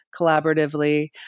collaboratively